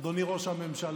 אדוני ראש הממשלה,